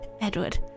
Edward